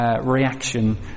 reaction